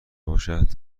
باشد